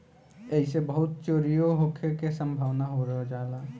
ऐइसे बहुते चोरीओ होखे के सम्भावना हो जाला